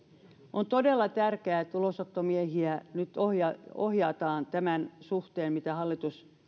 on todella tärkeää että ulosottomiehiä nyt ohjataan ohjataan tämän suhteen mitä hallitus